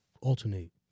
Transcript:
alternate